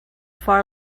far